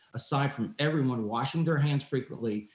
aside from everyone washing their hands frequently,